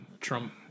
Trump